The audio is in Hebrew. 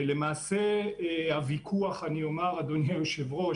למעשה, הוויכוח אני אומר, אדוני היושב-ראש